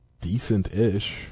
decent-ish